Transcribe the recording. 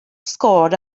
scored